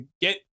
get